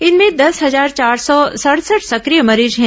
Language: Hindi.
इनमें दस हजार चार सौ सडसठ सक्रिय मरीज हैं